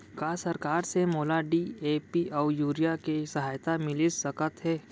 का सरकार से मोला डी.ए.पी अऊ यूरिया के सहायता मिलिस सकत हे?